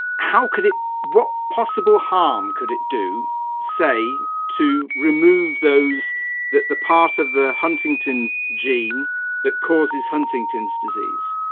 how could it, what possible harm could it do say to remove those that the part of the huntington gene that causes huntington's disease.